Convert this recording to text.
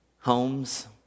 homes